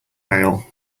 mail